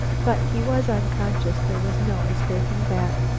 but he was unconscious there was no mistaking that.